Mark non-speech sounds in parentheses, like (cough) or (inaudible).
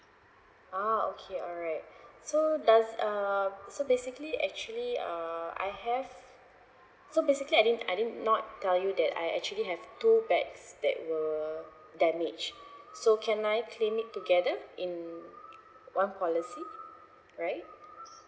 uh okay alright (breath) so does uh so basically actually uh I have so basically I didn't I didn't not tell you that I actually have two bags that were damage so can I claim it together in one policy right